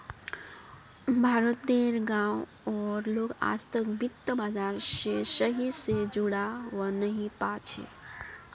भारत तेर गांव उर लोग आजतक वित्त बाजार से सही से जुड़ा वा नहीं पा छे